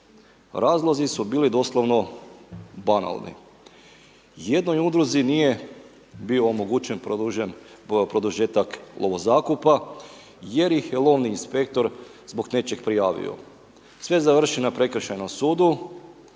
Razlozi su bili doslovno banalni. Jednoj udruzi nije bio omogućen produžen, produžetak lovozakupa jer ih je lovni inspektor zbog nečeg prijavio. Sve završi na prekršajnom sudu,